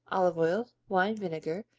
olive oil, wine vinegar,